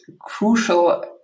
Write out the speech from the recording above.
crucial